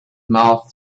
mouth